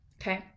Okay